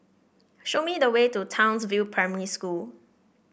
show me the way to Townsville Primary School